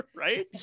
Right